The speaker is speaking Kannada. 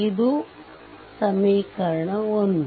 ಇದು ಸಮೀಕರಣ 1